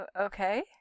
Okay